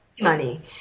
money